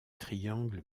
triangle